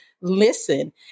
listen